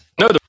No